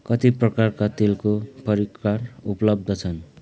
कति प्रकारका तेलको परिकार उपलब्ध छन्